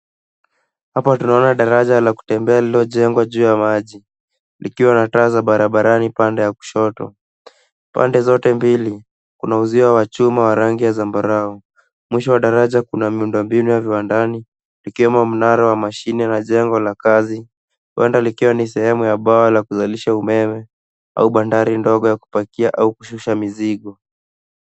Hapa tunaona daraja la kutembea lililojengwa juu ya maji likiwa na taa za barabarani pande ya kushoto. Pande zote mbili kuna uzio wa chuma wa rangi ya zambarau. Mwisho wa daraja kuna miundombinu ya viwandani ikiwemo mnara wa mashine na jengo la kazi, banda likiwa ni sehemu ya bwawa la kuzalisha umeme au bandari ndogo ya kupakia au kushusha mizigo.